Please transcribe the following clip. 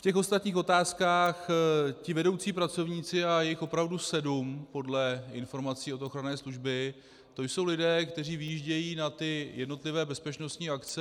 V těch ostatních otázkách ti vedoucí pracovníci, a je jich opravdu sedm podle informací od ochranné služby, to jsou lidé, kteří vyjíždějí na jednotlivé bezpečnostní akce.